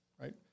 right